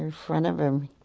and front of him.